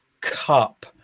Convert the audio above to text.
Cup